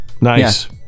Nice